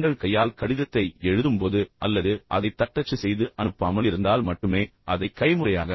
நீங்கள் கையால் கடிதத்தை எழுதும்போது அல்லது அதைத் தட்டச்சு செய்து அனுப்பாமல் இருந்தால் மட்டுமே ஆனால் அதை கைமுறையாக